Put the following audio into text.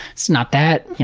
that's not that,